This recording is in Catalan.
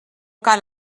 cal